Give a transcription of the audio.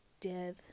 death